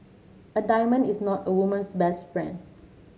a diamond is not a woman's best friend